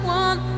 one